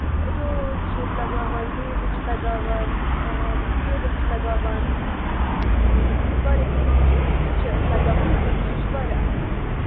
روز چھِ لَگاوان ڈیزی چھِ لَگاوان ٹیوٗلِپ چھِ لَگاوان واریاہ قٕسٕم چھِ سُہ چھِ أسۍ لَگاوان مطلب سُہ چھِ واریاہ اَصٕل گژھان